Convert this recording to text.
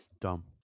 Dumb